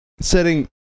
setting